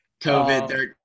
COVID